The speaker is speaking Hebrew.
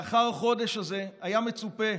לאחר החודש הזה היה מצופה